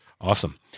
Awesome